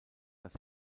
dass